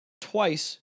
twice